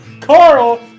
Carl